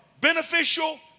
beneficial